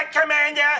commander